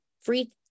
free